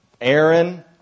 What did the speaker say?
Aaron